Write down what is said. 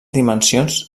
dimensions